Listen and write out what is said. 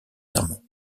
sermons